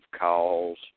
calls